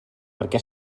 perquè